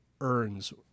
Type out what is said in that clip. earns